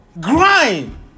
grime